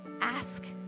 ask